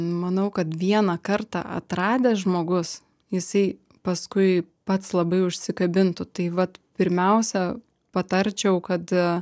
manau kad vieną kartą atradęs žmogus jisai paskui pats labai užsikabintų tai vat pirmiausia patarčiau kad